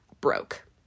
broke